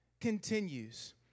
continues